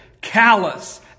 callous